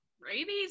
rabies